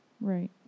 Right